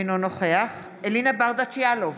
אינו נוכח אלינה ברדץ' יאלוב,